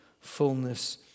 fullness